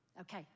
okay